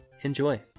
Enjoy